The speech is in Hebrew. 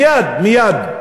מייד, מייד.